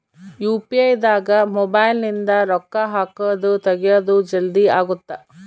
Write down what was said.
UPI ದಾಗ mobile ನಿಂದ ರೊಕ್ಕ ಹಕೊದ್ ತೆಗಿಯೊದ್ ಜಲ್ದೀ ಅಗುತ್ತ